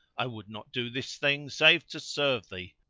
i would not do this thing, save to serve thee,